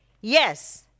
yes